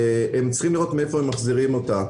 הם צריכים לראות מאיפה הם מחזירים אותה.